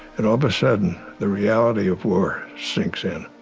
and all of a sudden the reality of war sinks in.